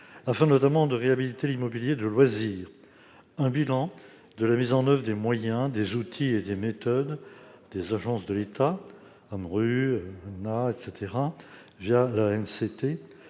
afin notamment de réhabiliter l'immobilier de loisir. Un bilan de la mise en oeuvre des moyens, des outils et des méthodes mis à la disposition